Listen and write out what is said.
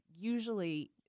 usually